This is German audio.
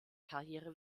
karriere